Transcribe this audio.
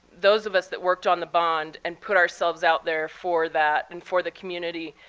those of us that worked on the bond and put ourselves out there for that and for the community,